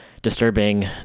disturbing